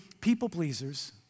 people-pleasers